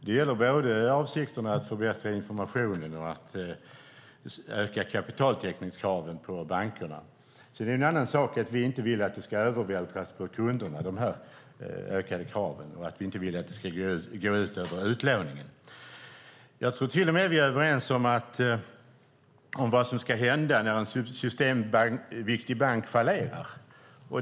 Det gäller både avsikterna att förbättra informationen och att öka kapitaltäckningskraven på bankerna. Sedan är det en annan sak att vi inte vill att de ökade kraven ska vältras över på kunderna eller att det ska gå ut över utlåningen. Jag tror till och med att vi är överens om vad som ska hända om en systemviktig bank fallerar.